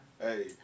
Hey